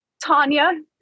Tanya